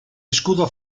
escudo